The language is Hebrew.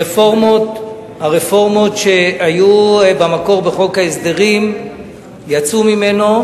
הרפורמות שהיו במקור בחוק ההסדרים יצאו ממנו,